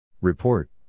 Report